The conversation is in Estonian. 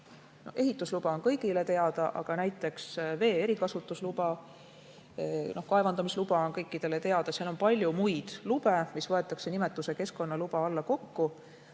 Ehitusluba on kõigile teada. Aga on ka näiteks vee erikasutusluba. Kaevandamisluba on kõikidele teada. Seal on palju muid lube, mis võetakse nimetuse "keskkonnaluba" alla kokku.